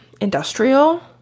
industrial